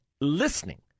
listening